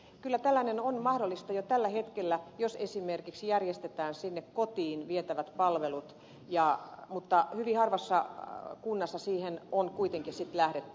kyllä tällainen on mahdollista jo tällä hetkellä jos esimerkiksi järjestetään sinne kotiin vietävät palvelut mutta hyvin harvassa kunnassa siihen on kuitenkin sitten lähdetty